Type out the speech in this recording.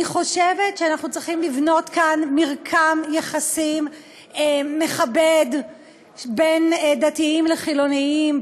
אני חושבת שאנחנו צריכים לבנות כאן מרקם יחסים מכבד בין דתיים לחילונים,